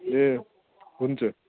ए हुन्छ